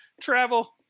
travel